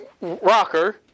rocker